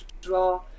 draw